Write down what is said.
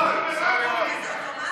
זה אוטומטי.